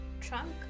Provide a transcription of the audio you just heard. trunk